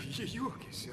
ji juokiasi